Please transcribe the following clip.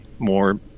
More